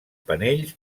panells